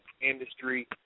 industry